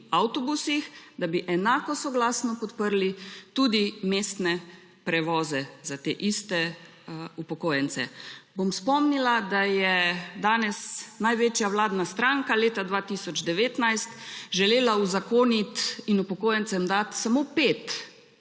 avtobusih, da bi enako soglasno podprli tudi mestne prevoze za teiste upokojence. Bom spomnila, da je danes največja vladna stranka leta 2019 želela uzakoniti in upokojencem dati samo pet